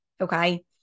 Okay